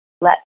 let